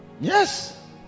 Yes